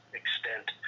extent